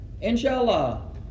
Inshallah